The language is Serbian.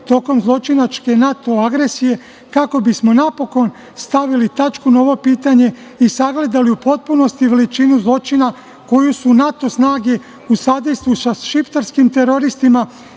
tokom zločinačke NATO agresije, kako bi smo napokon stavili tačku na ovo pitanje i sagledali u potpunosti veličinu zločina koju su NATO snage u sadejstvu sa šiptarskim teroristima